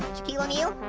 shaquille o'neal?